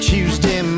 Tuesday